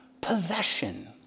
possession